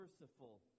merciful